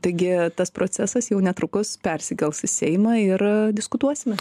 taigi tas procesas jau netrukus persikels į seimą ir diskutuosime